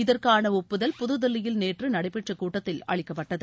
இதற்கானஒப்புதல் புதுதில்லியில் நேற்றுநடைபெற்றகூட்டத்தில் அளிக்கப்பட்டது